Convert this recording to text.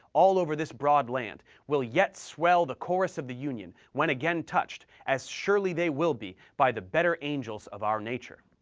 all over this broad land, will yet swell the chorus of the union, when again touched, as surely they will be, by the better angels of our nature.